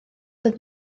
doedd